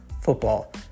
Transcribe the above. football